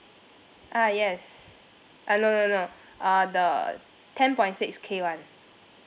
ah yes uh no no no uh the ten point six K one